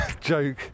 joke